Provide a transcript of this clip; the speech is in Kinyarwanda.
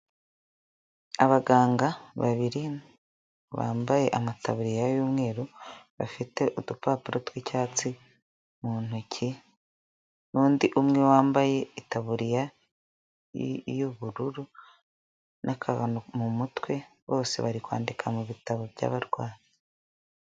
Abaganga babiri bambaye amataburiya y'umweru, bafite udupapuro tw'icyatsi mu ntoki n'undi umwe wambaye itaburiya y'ubururu n'akantu mu mutwe, bose bari kwandika mu bitabo by'abarwayi.